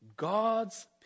God's